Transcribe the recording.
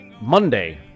Monday